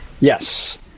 Yes